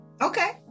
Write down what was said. Okay